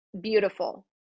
beautiful